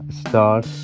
start